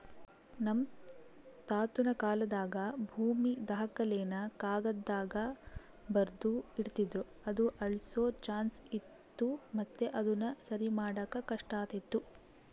ನಮ್ ತಾತುನ ಕಾಲಾದಾಗ ಭೂಮಿ ದಾಖಲೆನ ಕಾಗದ್ದಾಗ ಬರ್ದು ಇಡ್ತಿದ್ರು ಅದು ಅಳ್ಸೋ ಚಾನ್ಸ್ ಇತ್ತು ಮತ್ತೆ ಅದುನ ಸರಿಮಾಡಾಕ ಕಷ್ಟಾತಿತ್ತು